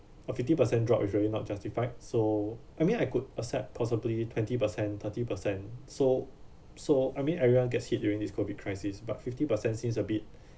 a fifty percent drop usually not justified so I mean I could accept possibly twenty percent thirty percent so so I mean everyone gets hit during this COVID crisis but fifty percent seems a bit